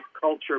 culture